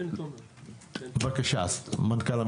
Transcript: בבקשה, תומר.